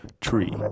tree